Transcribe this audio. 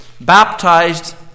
baptized